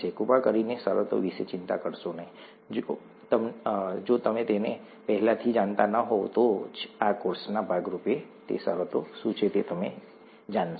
કૃપા કરીને શરતો વિશે ચિંતા કરશો નહીં જો તમે તેને પહેલાથી જાણતા ન હોવ તો જ આ કોર્સના ભાગ રૂપે તે શરતો શું છે તે તમે જાણશો